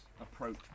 approach